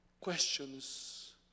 questions